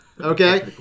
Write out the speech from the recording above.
Okay